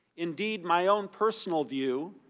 indeed my own personal view,